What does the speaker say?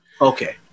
okay